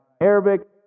Arabic